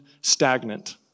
stagnant